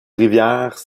rivière